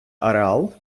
ареал